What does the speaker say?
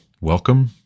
Welcome